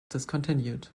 discontinued